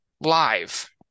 Live